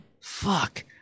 Fuck